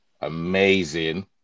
amazing